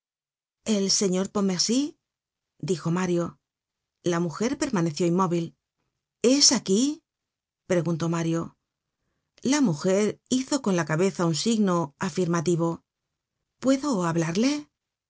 el señor pontmercy dijo mario la mujer permaneció inmóvil es aquí preguntó mario la mujer hizo con la cabeza un signo afirmativo puedo hablarle